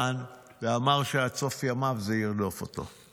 ואמר שעד סוף ימיו זה ירדוף אותו.